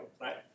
right